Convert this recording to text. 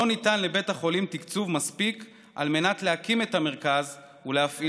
לא ניתן לבית החולים תקצוב מספיק על מנת להקים את המרכז ולהפעילו.